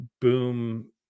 boom